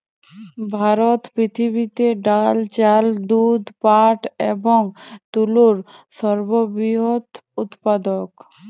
ভারত পৃথিবীতে ডাল, চাল, দুধ, পাট এবং তুলোর সর্ববৃহৎ উৎপাদক